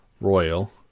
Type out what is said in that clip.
Royal